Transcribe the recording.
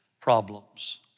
problems